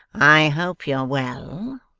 i hope you're well.